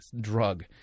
drug